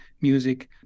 music